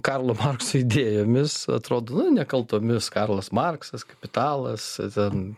karlo markso idėjomis atrodo nu nekaltomis karlas marksas kapitalas ten